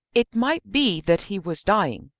it might be that he was dying.